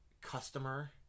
customer